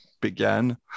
began